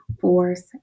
force